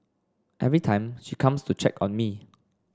every time she comes to check on me